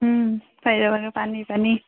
চাৰিওফালে পানী পানী